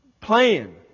plan